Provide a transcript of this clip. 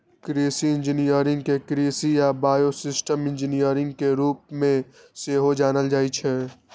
कृषि इंजीनियरिंग कें कृषि आ बायोसिस्टम इंजीनियरिंग के रूप मे सेहो जानल जाइ छै